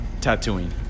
tattooing